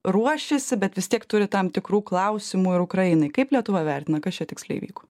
ruošiasi bet vis tiek turi tam tikrų klausimų ir ukrainai kaip lietuva vertina kas čia tiksliai įvyko